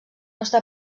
està